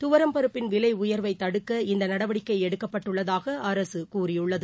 துவரம்பருப்பின் விலைஉயர்வைதடுக்க இந்தநடவடிக்கைஎடுக்கப்பட்டுள்ளதாகஅரசுகூறியுள்ளது